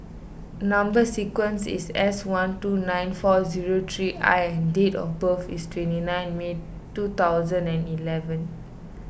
Number Sequence is S one two nine four zero three I and date of birth is twenty nine May two thousand and eleven